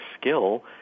skill